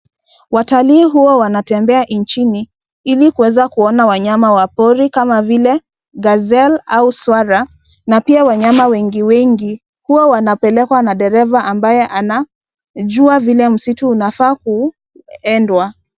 Watalii huwa wanatembea nchini ili kuweza kuona wanyama wa pori kama vile gazelle , au swara, na pia wanyama wengi wengi. Huwa wanapelekwa na dereva ambaye anajua vile msitu unafaa ku, endwa.